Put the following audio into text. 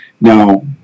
Now